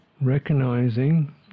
recognizing